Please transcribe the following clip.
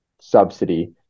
subsidy